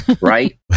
Right